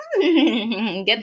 get